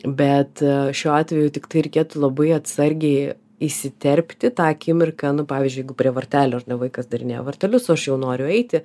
bet šiuo atveju tiktai reikėtų labai atsargiai įsiterpti tą akimirką nu pavyzdžiui jeigu prie vartelių ar ne vaikas darinėja vartelius o aš jau noriu eiti